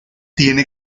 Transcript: tiene